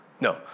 No